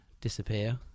disappear